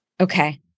Okay